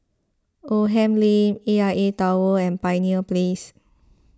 Oldham Lane A I A Tower and Pioneer Place